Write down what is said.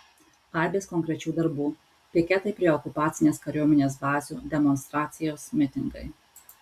aibės konkrečių darbų piketai prie okupacinės kariuomenės bazių demonstracijos mitingai